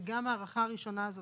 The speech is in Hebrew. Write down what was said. וגם ההארכה הראשונה הזאת,